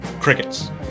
Crickets